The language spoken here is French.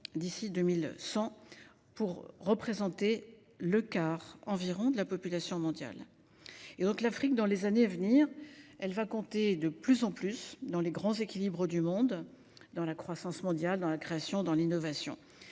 d’ici à 2100, pour représenter le quart environ de la population mondiale. Dans les années à venir, l’Afrique va compter de plus en plus dans les grands équilibres du monde, dans la croissance mondiale, dans la création, dans l’innovation.